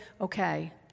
okay